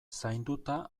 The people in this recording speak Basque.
zainduta